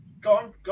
gone